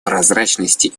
прозрачности